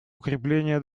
укрепление